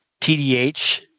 TDH